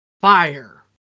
fire